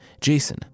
Jason